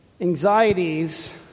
Anxieties